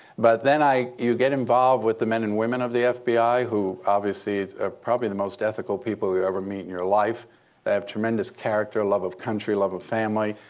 but then you get involved with the men and women of the fbi who obviously are probably the most ethical people you'll ever meet in your life. they have tremendous character, love of country, love of family.